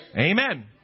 Amen